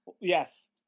Yes